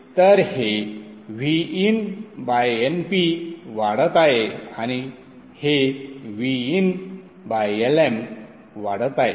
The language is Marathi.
तर हे VinNp वाढत आहे आणि हे VinLm वाढत आहे